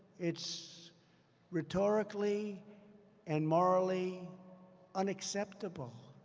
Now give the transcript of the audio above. it's rhetorically and morally unacceptable.